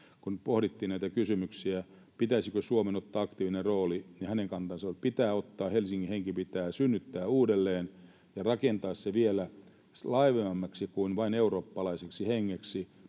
pohdittiin näitä kysymyksiä, pitäisikö Suomen ottaa aktiivinen rooli, ja hänen kantansa oli, että pitää ottaa, Helsingin henki pitää synnyttää uudelleen ja rakentaa se vielä laajemmaksi kuin vain eurooppalaiseksi hengeksi,